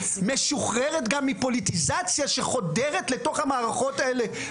משוחררת גם מפוליטיזציה שחודרת לתוך המערכות האלה.